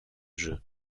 jeux